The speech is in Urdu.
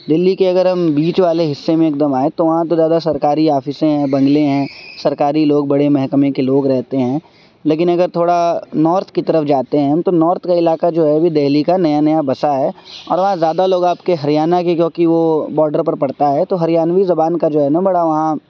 دلی کے اگر ہم بیچ والے حصے میں ایک دم آئیں تو وہاں تو زیادہ سرکاری آفسیں ہیں بنگلے ہیں سرکاری لوگ بڑے محکمے کے لوگ رہتے ہیں لیکن اگر تھوڑا نارتھ کی طرف جاتے ہیں ہم تو نارتھ کا علاقہ جو ہے بھی دہلی کا نیا نیا بسا ہے اور وہاں زیادہ لوگ آپ کے ہریانہ کے کیونکہ وہ باڈر پر پڑتا ہے تو ہریانوی زبان کا جو ہے نا بڑا وہاں